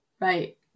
Right